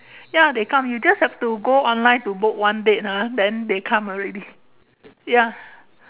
ya they come you just have to go online to book one date ah then they come already ya